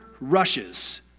rushes